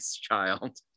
child